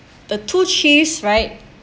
the two chiefs right